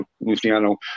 Luciano